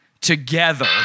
together